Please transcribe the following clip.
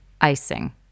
icing